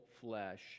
flesh